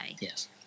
Yes